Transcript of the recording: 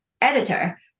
editor